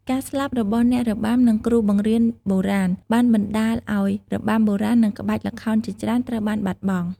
ការស្លាប់របស់អ្នករបាំ និងគ្រូបង្រៀនបុរាណ បានបណ្តាលឲ្យរបាំបុរាណ និងក្បាច់ល្ខោនជាច្រើនត្រូវបានបាត់បង់។